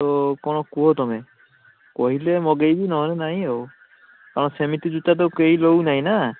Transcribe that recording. ତ କ'ଣ କୁହ ତମେ କହିଲେ ମଗେଇବି ନହଲେ ନାହିଁ ଆଉ ହଁ ସେମିତି ଜୁତା ତ କେହି ଲଉନାଇନା